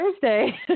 Thursday